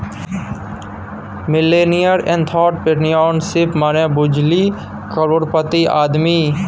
millennial entrepreneurship मने बुझली करोड़पति आदमी